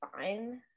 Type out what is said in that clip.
fine